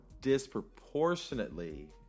disproportionately